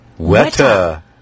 Weta